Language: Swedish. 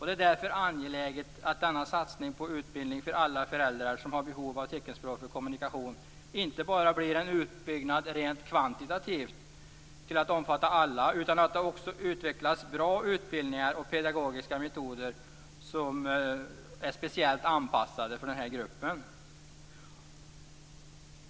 Det är därför angeläget att denna satsning på utbildning för alla föräldrar som har behov av teckenspråk för kommunikation inte bara blir en utbyggnad rent kvantitativt till att omfatta alla, utan att det också utvecklas bra utbildningar och pedagogiska metoder som är speciellt anpassade för denna grupp.